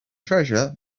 treasure